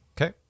Okay